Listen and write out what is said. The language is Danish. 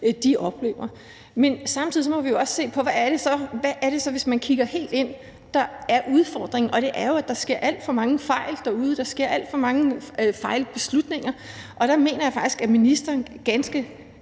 oplever. Men samtidig må vi jo også se på, hvad det så er, hvis man kigger helt ind, der er udfordringen, og det er jo, at der sker alt for mange fejl derude. Der er alt for mange fejlbeslutninger, og der mener jeg faktisk, at ministeren ganske